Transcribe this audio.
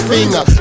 Finger